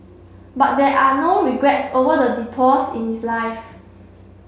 but there are no regrets over the detours in his life